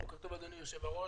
בוקר טוב אדוני יושב-הראש.